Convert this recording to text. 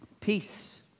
peace